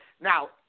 Now